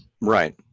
Right